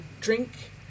drink